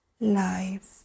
life